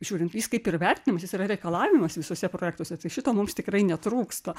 žiūrint jis kaip ir vertinimas jis yra reikalavimas visuose projektuose šito mums tikrai netrūksta